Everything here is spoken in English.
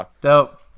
Dope